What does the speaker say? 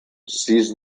sis